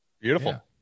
Beautiful